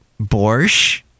borscht